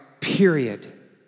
period